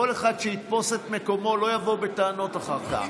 כל אחד שיתפוס את מקומו ולא יבוא בטענות אחר כך.